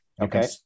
okay